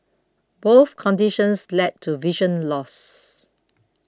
both conditions led to vision loss